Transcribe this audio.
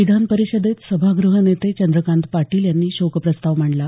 विधानपरिषदेत सभागृह नेते चंद्रकांत पाटील यांनी शोकप्रस्ताव मांडला